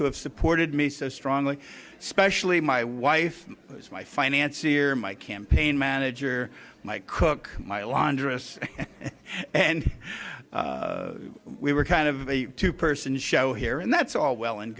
who have supported me so strongly specially my wife my financier my campaign manager my cook my laundress and we were kind of a two person show here and that's all well and